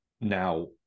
now